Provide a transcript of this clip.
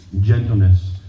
gentleness